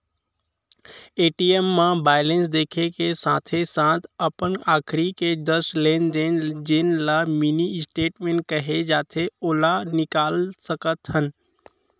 ATM म balance देखे के साथे साथ अपन आखरी के दस लेन देन जेन ल मिनी स्टेटमेंट कहे जाथे ओला निकाल सकत हन